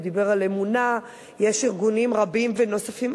הוא דיבר על "אמונה"; יש ארגונים רבים נוספים,